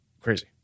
Crazy